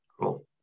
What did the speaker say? Cool